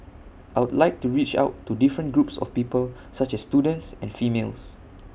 I would like to reach out to different groups of people such as students and females